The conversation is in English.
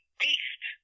beast